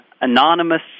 anonymous